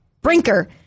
Brinker